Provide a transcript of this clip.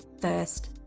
first